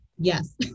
yes